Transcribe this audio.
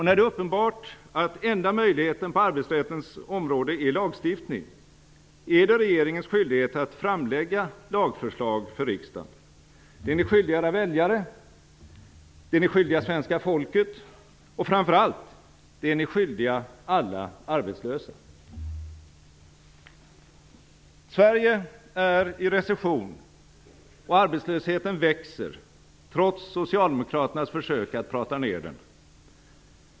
När det är uppenbart att enda möjligheten på arbetsrättens område är lagstiftning, är det regeringens skyldighet att framlägga lagförslag för riksdagen. Det är ni skyldiga era väljare, det är ni skyldiga svenska folket och, framför allt, det är ni skyldiga alla arbetslösa. Sverige är i recession, och arbetslösheten växer trots socialdemokraternas försök att prata ned den.